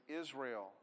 Israel